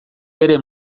bere